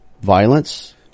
violence